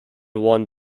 one